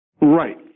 Right